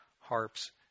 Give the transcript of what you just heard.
harps